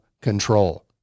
control